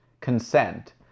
consent